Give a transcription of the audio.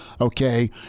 okay